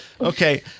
okay